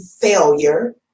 failure